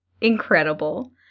incredible